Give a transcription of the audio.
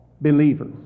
believers